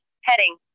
Heading